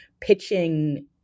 pitching